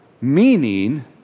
Meaning